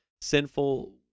sinful